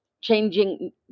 changing